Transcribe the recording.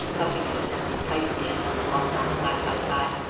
puffing at his empty pipe again as we walked on side by side,